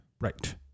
Right